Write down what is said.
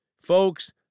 Folks